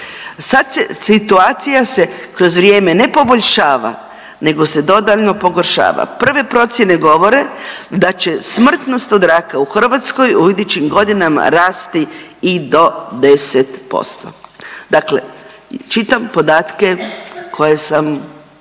Sad se, situacija se kroz vrijeme ne poboljšava nego se dodatno pogoršava. Prve procjene govore da će smrtnost od raka u Hrvatskoj u idućim godinama rasti i do 10%. Dakle, čitam podatke koje sam